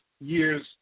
year's